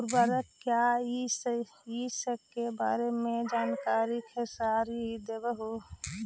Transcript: उर्वरक क्या इ सके बारे मे जानकारी खेसारी देबहू?